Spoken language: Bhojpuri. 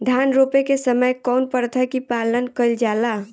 धान रोपे के समय कउन प्रथा की पालन कइल जाला?